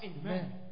Amen